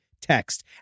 text